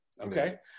Okay